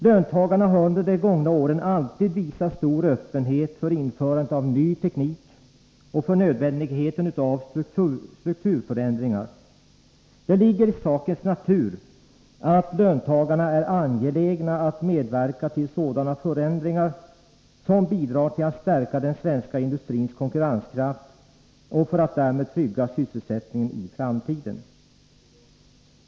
Löntagarna har under de gångna åren alltid visat stor öppenhet för införandet av ny teknik och för nödvändigheten av strukturförändringar. Det ligger i sakens natur att löntagarna är angelägna att medverka till sådana förändringar som bidrar till att stärka den svenska industrins konkurrenskraft för att därmed trygga sysselsättningen i framtiden.